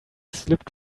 slipped